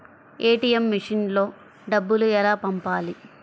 ATM మెషిన్లో డబ్బులు ఎలా పంపాలి?